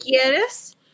Quieres